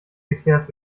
geklärt